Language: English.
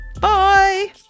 Bye